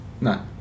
no